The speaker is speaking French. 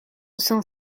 cent